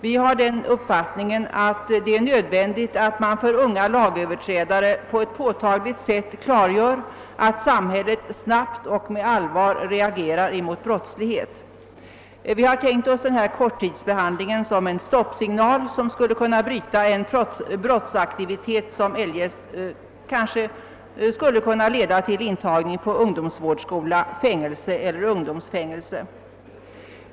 Vi har den uppfattningen att det är nödvändigt att man för unga lagöverträdare på ett påtagligt sätt klargör att samhället snabbt och med allvar reagerar mot brottslighet. Vi har tänkt oss denna korttidsbehandling som en stoppsignal som skulle kunna bryta en brottsaktivitet som eljest kunde leda till intagning på ungdomsvårdsskola, fängelse eller ungdomsfängelse.